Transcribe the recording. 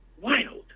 wild